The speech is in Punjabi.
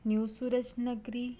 ਨਿਊ ਸੂਰਜ ਨਗਰੀ